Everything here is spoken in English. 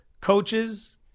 Coaches